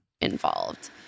involved